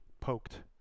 poked